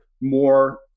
more